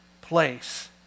place